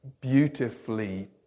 beautifully